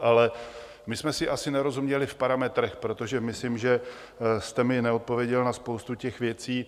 Ale my jsme si asi nerozuměli v parametrech, protože myslím, že jste mi neodpověděl na spoustu těch věcí.